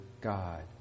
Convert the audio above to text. God